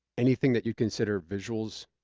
anything that you consider visuals?